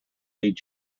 lead